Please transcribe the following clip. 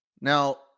Now